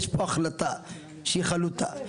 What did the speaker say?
יש פה החלטה שהיא חלוטה,